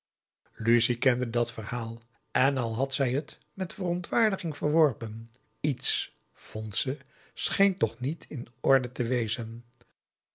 lucie kende dat verhaal en al had zij het met verontwaardiging verworpen iets vond ze scheen toch niet in orde te wezen